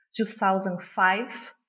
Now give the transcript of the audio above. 2005